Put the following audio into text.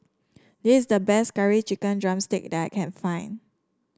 this is the best Curry Chicken drumstick that I can find